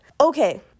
Okay